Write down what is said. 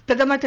பிரதமர் திரு